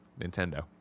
Nintendo